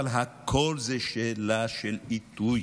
אבל הכול שאלה של עיתוי.